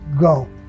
go